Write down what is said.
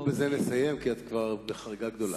ובזה נסיים, כי את בחריגה גדולה.